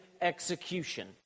execution